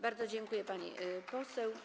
Bardzo dziękuję, pani poseł.